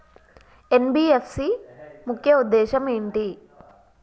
NBFC ముఖ్య ఉద్దేశం ఏంటి?